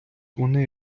вони